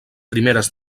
primeres